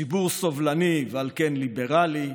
ציבור סובלני ועל כן ליברלי,